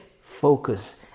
focus